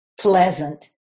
pleasant